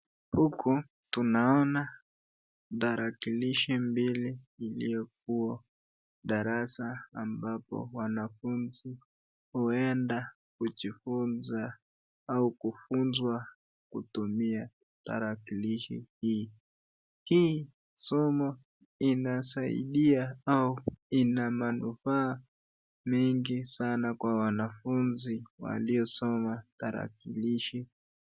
Huku tunaona tarakilishi mbili zilizokuwa kwenye darasa ambapo wanafunzi huenda kujifunza au kufunzwa kutumia tarakilishi hii. Hili somo linasaidia au lina manufaa mengi sana kwa wanafunzi waliosoma tarakilishi.